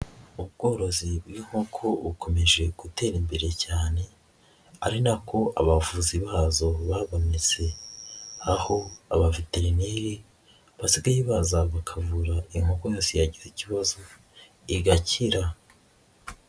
Ubworozi bw'inkoko bukomeje gutera imbere cyane, ari nako abavuzi bazo babonetse, aho abaveterineri basigaye baza bakavura inkoko yose yagize ikibazo igakira.